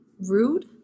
rude